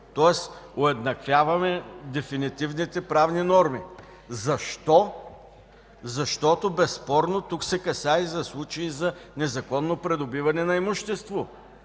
Тоест уеднаквяваме дефинитивните правни норми. Защо? Защото безспорно тук се касае за случаи за незаконно придобиване на имущество!